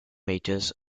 majors